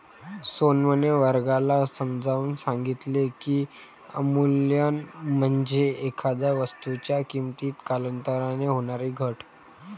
सोनमने वर्गाला समजावून सांगितले की, अवमूल्यन म्हणजे एखाद्या वस्तूच्या किमतीत कालांतराने होणारी घट